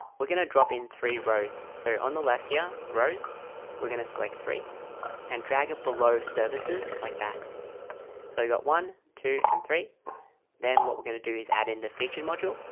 we're going to drop in three rows. so on the left here rows we're going to select three and drag it below services like that so you got one two, and three then what we're going to do is add in the feature module.